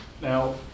now